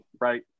Right